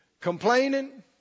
Complaining